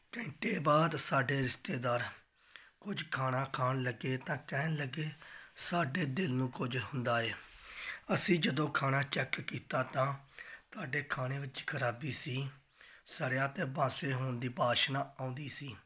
ਘੰਟੇ ਬਾਅਦ ਸਾਡੇ ਰਿਸ਼ਤੇਦਾਰ ਕੁਝ ਖਾਣਾ ਖਾਣ ਲੱਗੇ ਤਾਂ ਕਹਿਣ ਲੱਗੇ ਸਾਡੇ ਦਿਲ ਨੂੰ ਕੁਝ ਹੁੰਦਾ ਹੈ ਅਸੀਂ ਜਦੋਂ ਖਾਣਾ ਚੈੱਕ ਕੀਤਾ ਤਾਂ ਤੁਹਾਡੇ ਖਾਣੇ ਵਿੱਚ ਖਰਾਬੀ ਸੀ ਸੜਿਆ ਅਤੇ ਬਾਸੇ ਹੋਣ ਦੀ ਵਾਸ਼ਨਾ ਆਉਂਦੀ ਸੀ